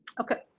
okay.